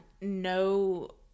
no